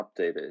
updated